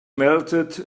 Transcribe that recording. melted